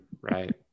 right